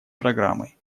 программой